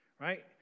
right